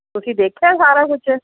ਤੁਸੀਂ ਦੇਖਿਆ ਸਾਰਾ ਕੁਛ